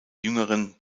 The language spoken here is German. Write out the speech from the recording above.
jüngeren